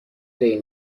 این